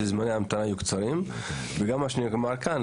שזמני ההמתנה יהיו קצרים וגם מה שנאמר כאן,